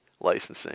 licensing